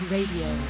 Radio